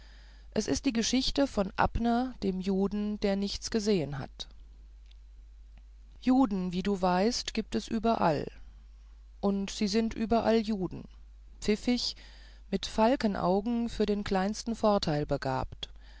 es ist die geschichte von abner dem juden der nichts gesehen hat juden wie du weißt gibt es überall und sie sind überall juden pfiffig mit falkenaugen für den kleinsten vorteil begabt